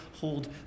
hold